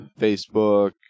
Facebook